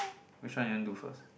which one you want to do first